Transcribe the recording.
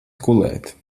gulēt